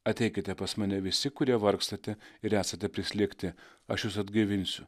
ateikite pas mane visi kurie vargstate ir esate prislėgti aš jus atgaivinsiu